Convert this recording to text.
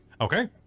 okay